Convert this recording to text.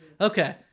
Okay